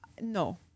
No